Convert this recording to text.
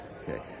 Okay